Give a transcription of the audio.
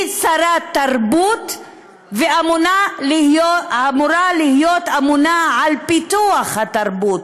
היא שרת תרבות ואמורה להיות אמונה על פיתוח התרבות,